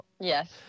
Yes